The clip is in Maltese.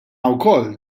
wkoll